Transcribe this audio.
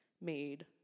made